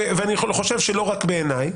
ואני חושב שלא רק בעיניי,